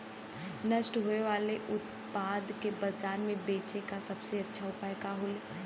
नष्ट होवे वाले उतपाद के बाजार में बेचे क सबसे अच्छा उपाय का हो?